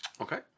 Okay